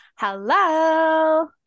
Hello